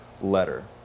letter